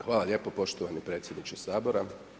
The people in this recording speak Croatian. Hvala lijepo poštovani predsjedniče Sabora.